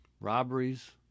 robberies